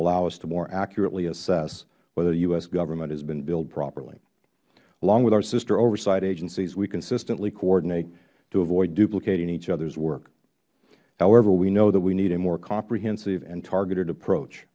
allow us to more accurately assess whether the u s government has been billed properly along with our sister oversight agencies we consistently coordinate to avoid duplicating each others work however we know that we need a more comprehensive and targeted approach